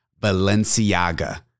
Balenciaga